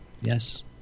Yes